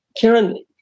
Karen